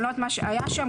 אני לא יודעת מה שהיה שם.